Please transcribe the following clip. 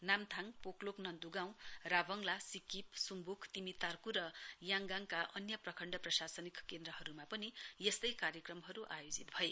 नाम्थाङ पोक्लोक नन्द गाउँ राभङला सिक्किप सुम्बुक तिमी तार्क् याङगाङ प्रखण्ड प्रशासनिक केन्द्रहरूमा पनि यस्तै कार्यक्रमहरू आयोजित भए